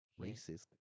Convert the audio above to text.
racist